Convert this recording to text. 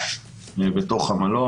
בתוך המלון.